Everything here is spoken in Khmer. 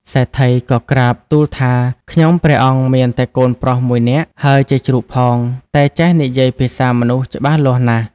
សេដ្ឋីក៏ក្រាបទូលថា ខ្ញុំព្រះអង្គមានតែកូនប្រុសមួយនាក់ ហើយជាជ្រូកផង តែចេះនិយាយភាសាមនុស្សច្បាស់លាស់ណាស់។